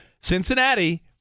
Cincinnati